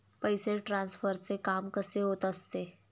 पैसे ट्रान्सफरचे काम कसे होत असते?